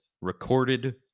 recorded